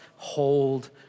Hold